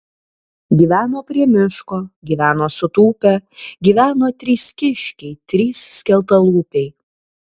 gyveno prie miško gyveno sutūpę gyveno trys kiškiai trys skeltalūpiai